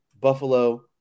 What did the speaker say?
Buffalo